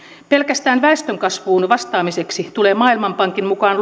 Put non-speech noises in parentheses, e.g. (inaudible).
pelkästään väestönkasvuun vastaamiseksi tulee maailmanpankin mukaan (unintelligible)